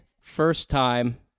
first-time